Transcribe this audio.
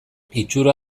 itxura